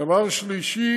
הדבר השלישי